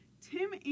Tim